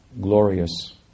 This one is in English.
glorious